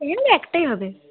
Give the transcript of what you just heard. pant একটাই হবে